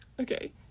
Okay